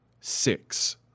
six